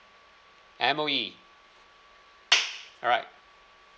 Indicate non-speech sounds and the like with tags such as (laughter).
M_O_E (noise) alright